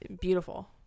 beautiful